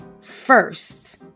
first